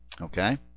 Okay